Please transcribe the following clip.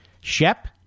Shep